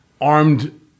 armed